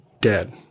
dead